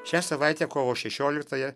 šią savaitę kovo šešioliktąją